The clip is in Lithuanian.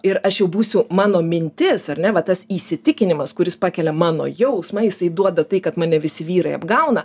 ir aš jau būsiu mano mintis ar ne va tas įsitikinimas kuris pakelia mano jausmą jisai duoda tai kad mane visi vyrai apgauna